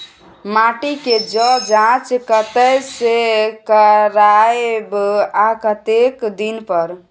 माटी के ज जॉंच कतय से करायब आ कतेक दिन पर?